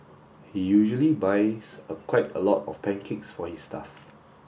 he usually buys a quite a lot of pancakes for his staff